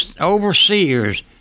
overseers